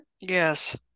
Yes